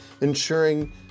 ensuring